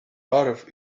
arv